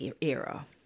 era